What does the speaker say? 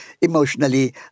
emotionally